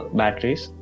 batteries